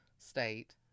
state